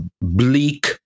bleak